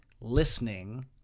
listening